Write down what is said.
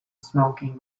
smoking